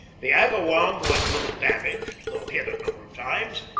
the agawam was little damaged, though hit a number of times,